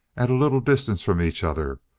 at a little distance from each other,